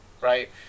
Right